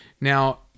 now